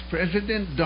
President